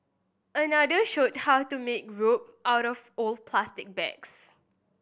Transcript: another showed how to make rope out of old plastic bags